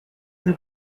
the